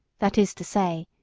that is to say,